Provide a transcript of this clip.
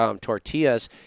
tortillas